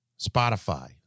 Spotify